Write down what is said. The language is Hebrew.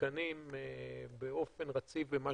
מעודכנים באופן רציף במה